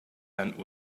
tent